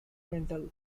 mental